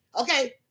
Okay